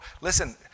listen